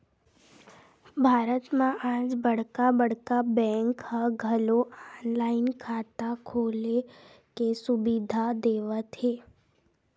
भारत म आज बड़का बड़का बेंक ह घलो ऑनलाईन खाता खोले के सुबिधा देवत हे